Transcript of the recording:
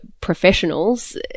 professionals